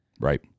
Right